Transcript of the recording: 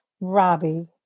Robbie